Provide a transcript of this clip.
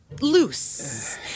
loose